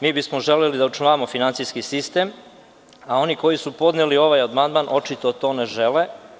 Mi bismo želeli da očuvamo finansijski sistem, a oni koji su podneli ovaj amandman, očito to ne žele.